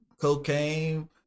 cocaine